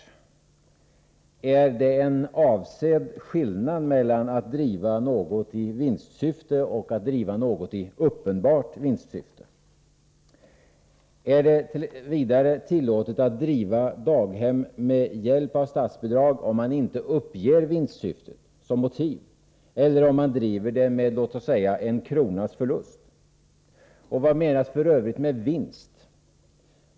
Är det en avsedd skillnad mellan att driva något i vinstsyfte och att driva något i uppenbart vinstsyfte? Är det vidare tillåtet att driva daghem med hjälp av statsbidrag om man inte uppger vinstsyfte som motiv eller om man driver det med en kronas förlust? Och vad menas f. ö. med ”vinst”?